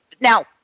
Now